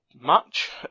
match